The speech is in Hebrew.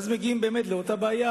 ואז מגיעים לאותה בעיה,